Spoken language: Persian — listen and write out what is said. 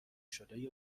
شده